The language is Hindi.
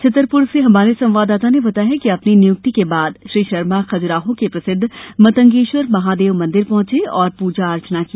छतरपुर से हमार संवाददाता ने बताया है कि अपनी नियुक्ति के बाद श्री शर्मा खजुराहो के प्रसिद्ध मतंगेश्वर महादेव मंदिर पहुंचे और पूजा अर्चना की